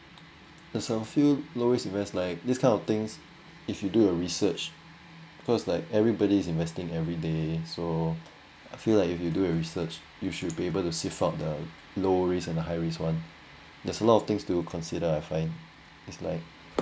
is a few low risk invests like this kind of things if you do a research because like everybody's investing everyday so I feel like if you do your research you should be able to sieve out the low risk and high risk [one] there's a lot of things to consider I find is like